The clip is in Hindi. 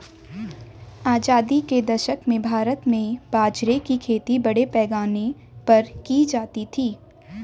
आजादी के दशक में भारत में बाजरे की खेती बड़े पैमाने पर की जाती थी